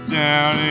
down